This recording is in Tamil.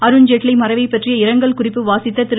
அருண்ஜேட்லி மறைவைப்பற்றிய இரங்கல் குறிப்பு வாசித்த திரு